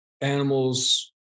animals